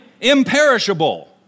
imperishable